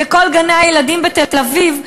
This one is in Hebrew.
בכל גני-הילדים בתל-אביב,